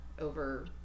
over